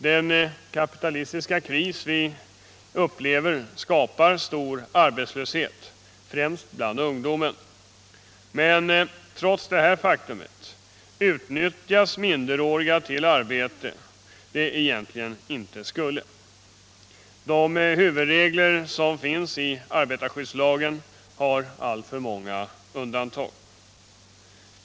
Den kapitalistiska kris vi upplever skapar stor arbetslöshet, främst bland ungdomen. Men trots detta faktum utnyttjas minderåriga till arbete som de egentligen inte skulle utföra. De huvudregler som finns i arbetarskyddslagen har därför många undantag.